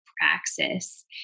praxis